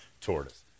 tortoise